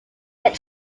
get